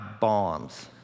bombs